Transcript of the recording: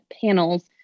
panels